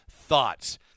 Thoughts